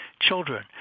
children